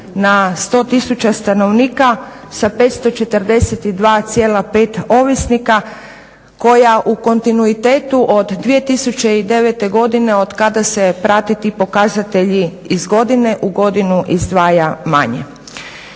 na 100 tisuća stanovnika sa 542,2 ovisnika koja u kontinuitetu od 2009. godine otkada se prate ti pokazatelji iz godine u godinu izdvaja manje.